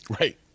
Right